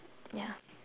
yeah